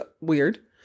weird